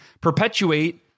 perpetuate